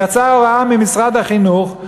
יצאה הוראה ממשרד החינוך,